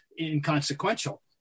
inconsequential